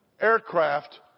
aircraft